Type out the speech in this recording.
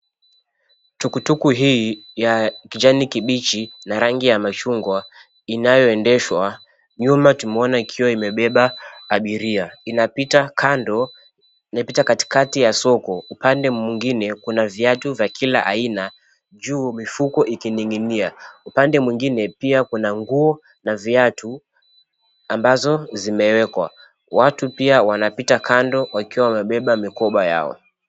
Tukutuku hii ya kijani kibichi na rangi ya machungwa inayoendeshwa, nyuma tumeona ikiwa imebeba abiria. Inapita kando inapita katikati ya soko upande mwingine kuna viatu vya kila aina juu mifuko ikining'inia. Upande mwingine pia kuna nguo na viatu ambazo zimewekwa. Watu pia wanapita kando wakiwa wamebeba mikoba yao.